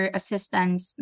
assistance